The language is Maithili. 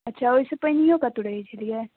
अच्छा ओहिसँ पहिनहियो कतहुँ रहैत छलियै